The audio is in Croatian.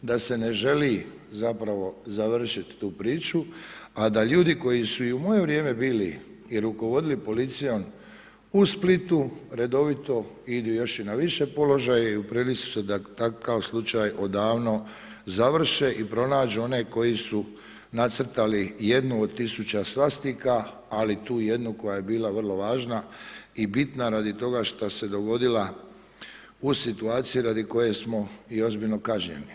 Da se ne želi zapravo završit tu priču, a da ljudi koji su i u moje vrijeme bili i rukovodili policijom u Splitu redovito idu još i na više položaje i u prilici su da takav slučaj odavno završe i pronađu one koji su nacrtali jednu od tisuća svastika, ali tu jednu koja je bila vrlo važna i bitna radi toga što se dogodila u situaciji radi koje smo i ozbiljno kažnjeni.